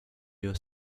your